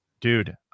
Dude